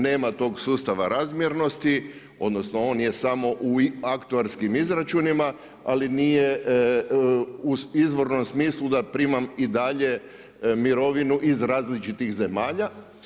Nema tog sustava razmjernosti, on je samo u akterskim izračunanima, ali nije u izvornom smislu da primam i dalje mirovinu iz različitih zemalja.